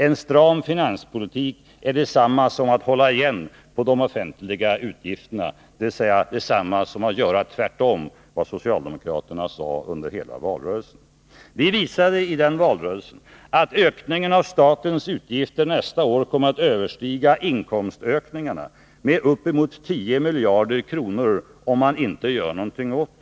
En stram finanspolitik är detsamma som att hålla igen på de offentliga utgifterna, dvs. detsamma som att göra tvärtemot vad socialdemokraterna sade under hela valrörelsen. Vi visade i valrörelsen att ökningen av statens utgifter nästa år kommer att överstiga inkomstökningarna med uppemot 10 miljarder kronor, om man inte gör någonting åt det.